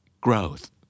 Growth